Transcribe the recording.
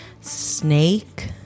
snake